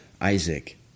Isaac